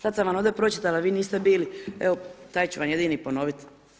Sad sam vam ovdje pročitala, vi niste bili, evo taj ću vam jedini ponovit.